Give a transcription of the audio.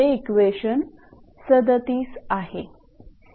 हे इक्वेशन 37 आहे